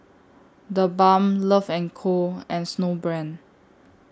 The Balm Love and Co and Snowbrand